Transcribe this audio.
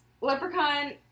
Leprechaun